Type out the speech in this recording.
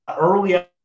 Early